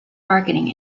marketing